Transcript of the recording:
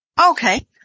Okay